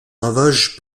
ravages